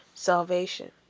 Salvation